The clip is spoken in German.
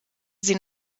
sie